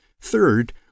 third